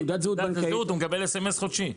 מי שיש לו תעודת זהות הוא מקבל אס.אמ.אס חודשי.